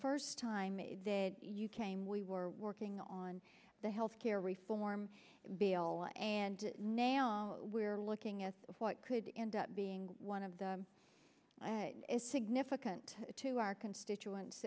first time you came we were working on the health care reform bill and nailed we're looking at what could end up being one of them is significant to our constituents